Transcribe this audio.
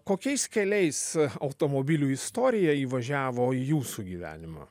kokiais keliais automobilių istorija įvažiavo į jūsų gyvenimą